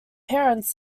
parents